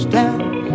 down